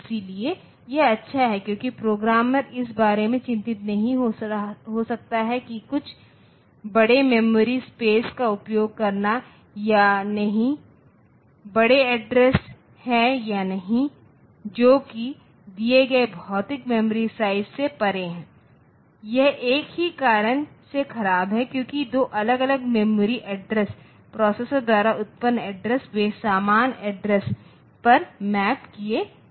इसलिए यह अच्छा है क्योंकि प्रोग्रामर इस बारे में चिंतित नहीं हो सकता है कि कुछ बड़े मेमोरी स्पेस का उपयोग करना है या नहीं बड़ा एड्रेस है या नहीं जो कि दिए गए भौतिक मेमोरी साइज़ से परे है यह एक ही कारण से खराब है क्योंकि दो अलग अलग मेमोरी एड्रेस प्रोसेसर द्वारा उत्पन्न एड्रेस वे सामान एड्रेस पर मैप किए जा रहे हैं